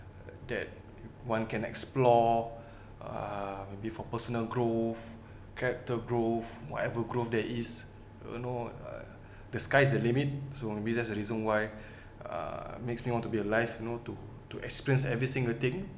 that one can explore uh maybe for personal growth character growth whatever growth that is you know uh the sky the limit so maybe that's the reason why uh makes me want to be alive you know to to experience every single thing